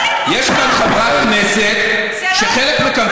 יש לי מסמך של משרד האנרגיה שהם לא בחנו את זה בכלל,